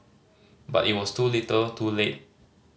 but it was too little too late